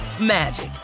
magic